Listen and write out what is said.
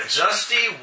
dusty